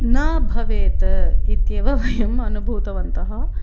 न भवेत् इत्येव वयम् अनुभूतवन्तः